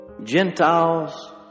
Gentiles